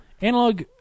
analog